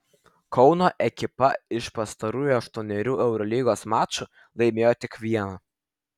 kauno ekipa iš pastarųjų aštuonerių eurolygos mačų laimėjo tik vieną